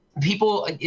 People